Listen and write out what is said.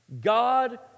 God